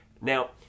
Now